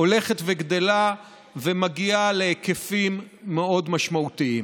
הולך וגדל ומגיע להיקפים מאוד משמעותיים.